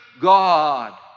God